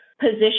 position